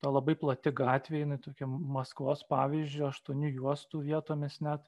ta labai plati gatvė jinai tokia maskvos pavyzdžiu aštuonių juostų vietomis net